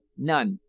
none.